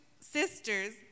sisters